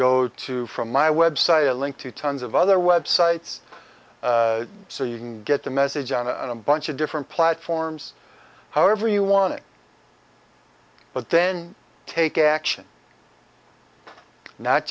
go to from my website a link to tons of other websites so you can get the message on a bunch of different platforms however you wanted but then take action not